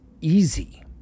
easy